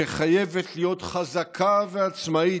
שחייבת להיות חזקה ועצמאית".